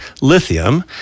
lithium